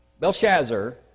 Belshazzar